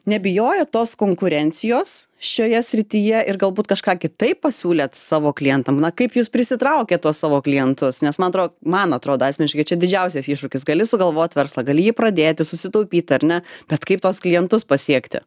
nebijojot tos konkurencijos šioje srityje ir galbūt kažką kitaip pasiūlėt savo klientam na kaip jūs prisitraukėt tuos savo klientus nes man atrodo man atrodo asmeniškai čia didžiausias iššūkis gali sugalvot verslą gali jį pradėti susitaupyt ar ne bet kaip tuos klientus pasiekti